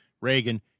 Reagan